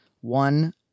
One